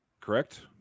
correct